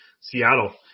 Seattle